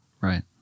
Right